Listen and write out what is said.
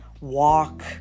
Walk